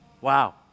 Wow